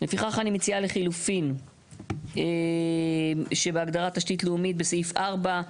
לפיכך אני מציעה לחילופין שבהגדרת תשתית לאומית בסעיף (4),